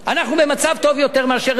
אנחנו במצב טוב יותר מאירופה,